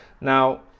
Now